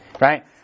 right